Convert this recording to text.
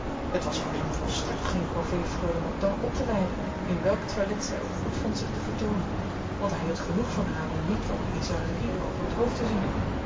het was voor hem volstrekt geen corvée freule mordaunt op te leiden in welk toilet zij ook goedvond zich te vertoonen want hij hield genoeg van haar om niet wat bizarrerie over t hoofd te zien